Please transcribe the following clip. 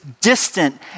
distant